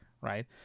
right